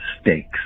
stakes